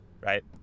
right